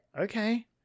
Okay